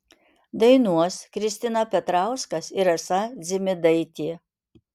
dainuos kristina petrauskas ir rasa dzimidaitė